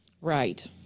right